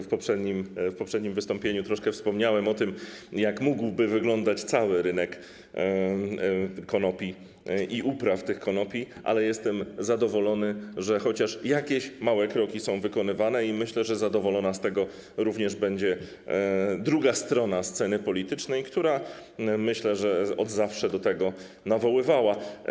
W poprzednim wystąpieniu troszkę wspomniałem o tym, jak mógłby wyglądać cały rynek konopi i upraw tych konopi, ale jestem zadowolony, że chociaż jakieś małe kroki są podejmowane, i myślę, że zadowolona z tego będzie również druga strona sceny politycznej, która, myślę, od zawsze do tego nawoływała.